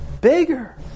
bigger